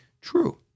true